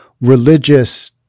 religious